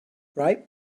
ripe